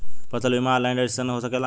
फसल बिमा online registration हो सकेला?